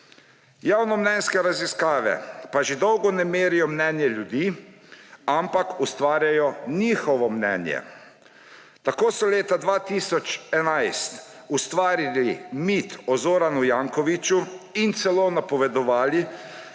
javnomnenjske raziskave pa že dolgo ne merijo mnenja ljudi, ampak ustvarjajo njihovo mnenje. Tako so leta 2011 ustvarili mit o Zoranu Jankoviću in celo napovedovali,